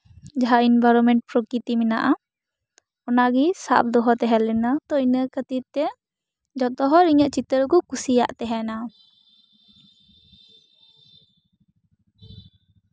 ᱡᱟᱦᱟᱸ ᱤᱱᱵᱷᱟᱨᱢᱮᱱᱴ ᱯᱨᱚᱠᱨᱤᱛᱤ ᱢᱮᱱᱟᱜᱼᱟ ᱚᱱᱟ ᱜᱤ ᱥᱟᱵ ᱫᱚᱦᱚ ᱛᱟᱦᱮᱸᱞᱮᱱᱟ ᱛᱚ ᱤᱱᱟᱹ ᱠᱷᱟᱹᱛᱤᱨ ᱛᱮ ᱡᱚᱛᱚ ᱦᱚᱲ ᱤᱧᱟᱹᱜ ᱪᱤᱛᱟᱹᱨ ᱠᱚ ᱠᱩᱥᱤᱭᱟᱜ ᱛᱟᱦᱮᱸᱱᱟ